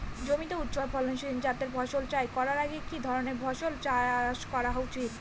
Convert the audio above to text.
জমিতে উচ্চফলনশীল জাতের ফসল চাষ করার আগে কি ধরণের ফসল চাষ করা উচিৎ?